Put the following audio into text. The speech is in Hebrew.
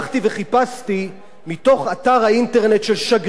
מתוך אתר האינטרנט של שגרירות ישראל בלונדון.